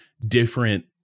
different